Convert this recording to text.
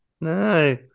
No